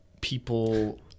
people